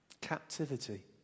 Captivity